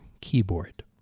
keyboard